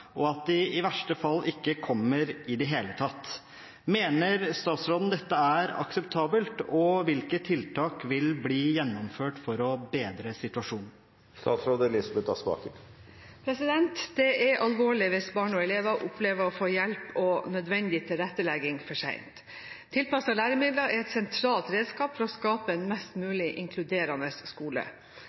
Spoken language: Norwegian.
i verste fall at de ikke kommer i det hele tatt. Mener statsråden dette er akseptabelt, og hvilke tiltak vil bli gjennomført for å bedre situasjonen?» Det er alvorlig hvis barn og elever opplever å få hjelp og nødvendig tilrettelegging for sent. Tilpassede læremidler er et sentralt redskap for å skape en mest mulig inkluderende skole.